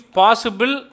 possible